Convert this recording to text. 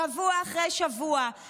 שבוע אחרי שבוע,